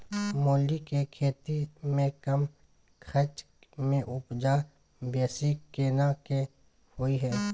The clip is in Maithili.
मूली के खेती में कम खर्च में उपजा बेसी केना होय है?